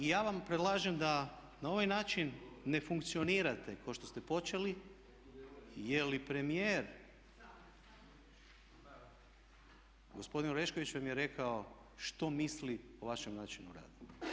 Ja vam predlažem da na ovaj način ne funkcionirate kao što ste počeli jer i premijer gospodin Orešković vam je rekao što misli o vašem načinu rada.